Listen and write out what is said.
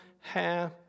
half